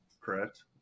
correct